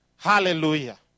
Hallelujah